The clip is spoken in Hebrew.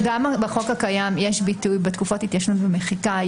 הקיים יש ביטוי בתקופות התיישנות ומחיקה,